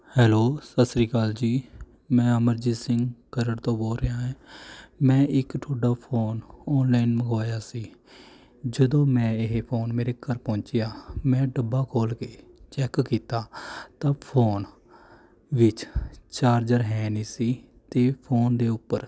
hello ਸਤਿ ਸ਼੍ਰੀ ਅਕਾਲ ਜੀ ਮੈਂ ਅਮਰਜੀਤ ਸਿੰਘ ਖਰੜ ਤੋਂ ਬੋਲ ਰਿਹਾ ਹਾਂ ਮੈਂ ਇੱਕ ਤੁਹਾਡਾ ਫ਼ੋਨ ਔਨਲਾਈਨ ਮੰਗਵਾਇਆ ਸੀ ਜਦੋਂ ਮੈਂ ਇਹ ਫੋਨ ਮੇਰੇ ਘਰ ਪਹੁੰਚਿਆ ਮੈਂ ਡੱਬਾ ਖੋਲ੍ਹ ਕੇ ਚੈੱਕ ਕੀਤਾ ਤਾਂ ਫੋਨ ਵਿੱਚ ਚਾਰਜਰ ਹੈ ਨਹੀਂ ਸੀ ਅਤੇ ਫ਼ੋਨ ਦੇ ਉੱਪਰ